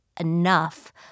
enough